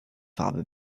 farbe